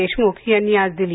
देशमुख यांनी आज दिली